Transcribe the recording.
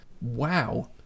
wow